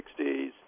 60s